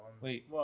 Wait